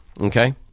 okay